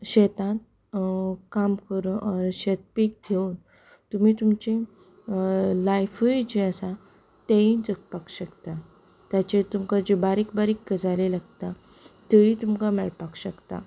शेतांत काम करून शेत बी घेवन तुमी तुमचें लायफूय जें आसा तेंवूय जगपाक शकतात ताचेर तुमकां ज्यो बारीक बारीक गजाली लागता त्योवूय तुमकां मेळपाक शकता